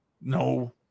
No